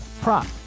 prop